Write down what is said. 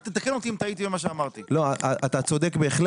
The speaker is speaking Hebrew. אתה צודק.